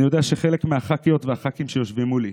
אני יודע שחלק מהח"כיות והח"כים שיושבים מולי